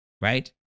right